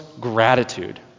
gratitude